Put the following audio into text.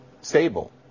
stable